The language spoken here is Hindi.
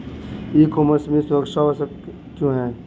ई कॉमर्स में सुरक्षा आवश्यक क्यों है?